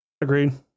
Agreed